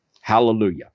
Hallelujah